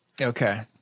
Okay